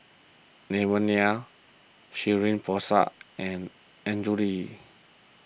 Devan Nair Shirin Fozdar and Andrew Lee